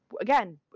again